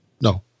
no